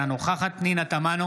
אינה נוכחת פנינה תמנו,